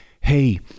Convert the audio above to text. hey